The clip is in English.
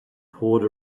poured